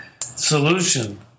Solution